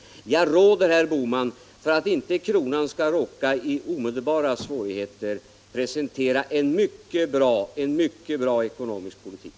Jag råder herr Bohman, för att inte kronan skall råka i omedelbara svårigheter, att presentera en mycket bra ekonomisk politik.